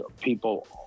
people